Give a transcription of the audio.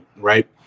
right